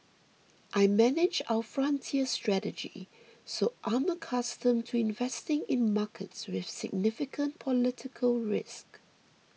I manage our frontier strategy so I'm accustomed to investing in markets with significant political risk